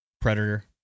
Predator